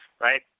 right